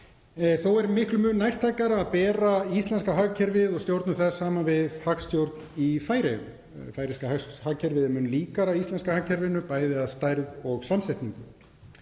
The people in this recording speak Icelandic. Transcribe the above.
Þó er miklum mun nærtækara að bera íslenska hagkerfið og stjórnun þess saman við hagstjórn í Færeyjum þar sem færeyska hagkerfið er mun líkara íslenska hagkerfinu, bæði að stærð og samsetningu.